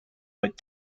but